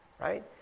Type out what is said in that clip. right